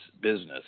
business